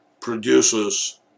produces